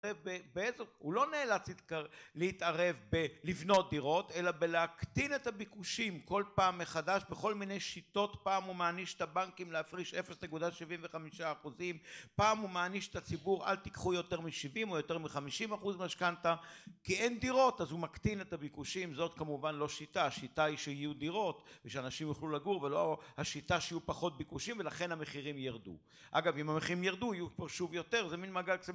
הוא לא נאלץ להתערב בלבנות דירות אלא בלהקטין את הביקושים כל פעם מחדש בכל מיני שיטות פעם הוא מעניש את הבנקים להפריש 0.75% פעם הוא מעניש את הציבור אל תיקחו יותר מ70 או יותר מ50 אחוז משכנתה כי אין דירות אז הוא מקטין את הביקושים זאת כמובן לא שיטה השיטה היא שיהיו דירות שאנשים יוכלו לגור ולא השיטה שיהיו פחות ביקושים ולכן המחירים ירדו. אגב אם המחירים ירדו יהיו פה שוב יותר זה מן מעגל